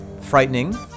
frightening